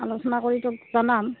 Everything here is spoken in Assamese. আলোচনা কৰি তোক জনাম